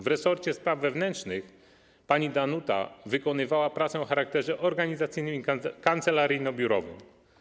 W resorcie spraw wewnętrznych pani Danuta wykonywała pracę o charakterze organizacyjnym i kancelaryjno-biurowym.